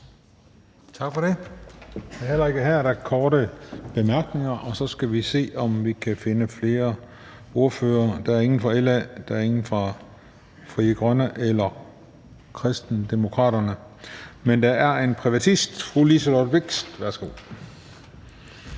Tak for det, og heller ikke her er der korte bemærkninger. Så skal vi se, om vi kan finde flere ordførere. Der er ingen fra LA, der er ingen fra Frie Grønne eller Kristendemokraterne, men der er en privatist, fru Liselott Blixt. Værsgo.